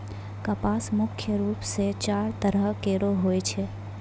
कपास मुख्य रूप सें चार तरह केरो होय छै